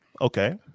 Okay